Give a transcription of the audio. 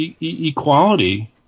equality